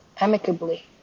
Amicably